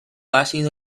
ácido